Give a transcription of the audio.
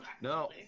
No